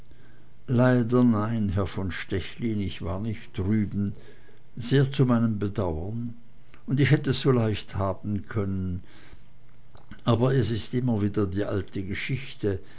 leider nein herr von stechlin ich war nicht drüben sehr zu meinem bedauern und ich hätt es so leicht haben können aber es ist immer wieder die alte geschichte